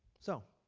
so,